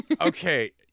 Okay